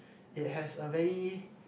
it has a very